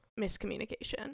miscommunication